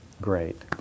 great